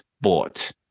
bought